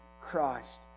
Christ